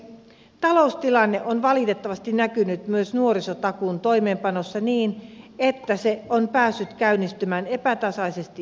taloustilanne on valitettavasti näkynyt myös nuorisotakuun toimeenpanossa niin että se on päässyt käynnistymään epätasaisesti eri alueilla